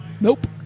Nope